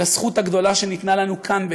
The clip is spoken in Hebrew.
ולזכות הגדולה שניתנה לנו כאן,